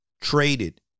traded